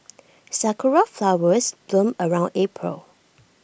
Sakura Flowers bloom around April